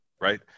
right